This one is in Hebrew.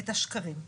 את השקרים.